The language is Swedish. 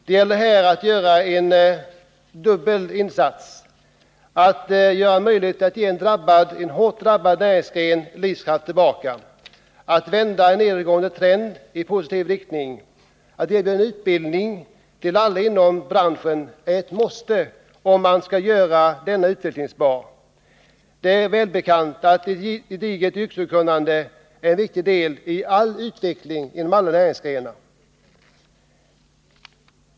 Det gäller här att göra en dubbel insats — att göra det möjligt att ge en hårt drabbad näringsgren livskraften tillbaka och att vända en nedåtgående trend i positiv riktning. Att ge utbildning till alla inom branschen är ett måste för att göra branschen utvecklingsbar. Det är välbekant att ett gediget yrkeskunnande är en viktig del i all utveckling inom alla näringsgrenar.